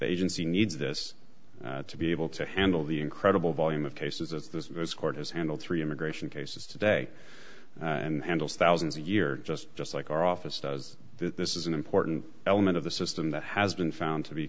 agency needs this to be able to handle the incredible volume of cases as this court has handled three immigration cases today and those thousands a year just just like our office does this is an important element of the system that has been found to be